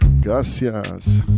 Gracias